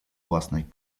własnej